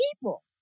people